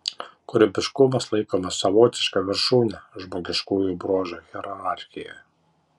kūrybiškumas laikomas savotiška viršūne žmogiškųjų bruožų hierarchijoje